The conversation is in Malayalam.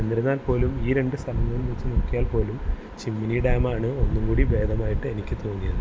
എന്നിരുന്നാൽ പോലും ഈ രണ്ട് സ്ഥലങ്ങളും വെച്ച് നോക്കിയാൽ പോലും ചിമ്മിനി ഡാമാണ് ഒന്നുകൂടി ഭേദമായിട്ട് എനിക്ക് തോന്നിയത്